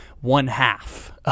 one-half